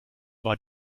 war